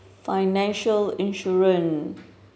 financial insurance